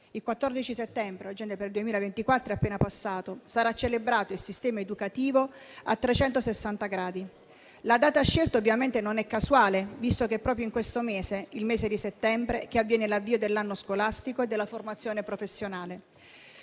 Il 14 settembre, che per il 2024 è appena passato, sarà celebrato il sistema educativo a 360 gradi. La data scelta ovviamente non è casuale, visto che è proprio nel mese di settembre che avviene l'avvio dell'anno scolastico e della formazione professionale.